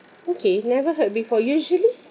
okay never heard before usually